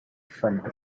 from